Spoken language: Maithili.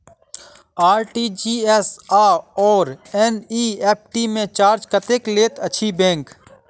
आर.टी.जी.एस आओर एन.ई.एफ.टी मे चार्ज कतेक लैत अछि बैंक?